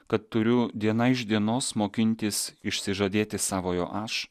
kad turiu diena iš dienos mokintis išsižadėti savojo aš